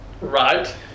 Right